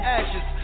ashes